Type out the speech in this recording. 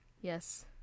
yes